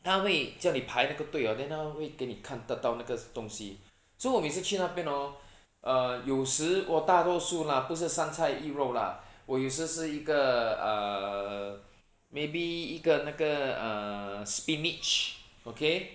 他会叫你排那个队 hor then 他会给你看得到那个东西 so 我每次去那边 hor err 有时 otah 豆薯啦不是三菜一肉啦我有时是一个 err maybe 一个那个 err spinach okay